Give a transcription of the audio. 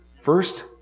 first